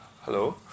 Hello